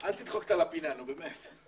אל תדחק אותה לפינה, נו באמת.